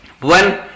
One